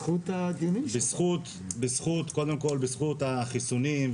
קודם כל בזכות החיסונים,